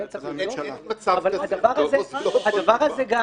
אבל באמת צריך לבדוק את זה.